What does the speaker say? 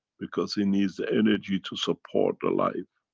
because he needs the energy to support the life.